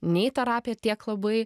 nei terapija tiek labai